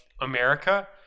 America